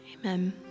amen